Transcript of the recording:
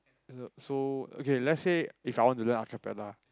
uh so okay let's say If I want to learn acapella